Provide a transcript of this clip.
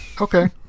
Okay